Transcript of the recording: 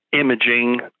imaging